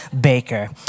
Baker